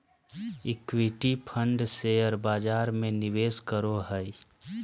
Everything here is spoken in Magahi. इक्विटी फंड शेयर बजार में निवेश करो हइ